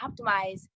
optimize